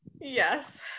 yes